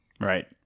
Right